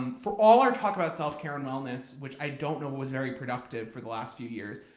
um for all our talk about self-care and moments, which i don't know was very productive for the last few years,